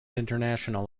international